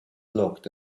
looked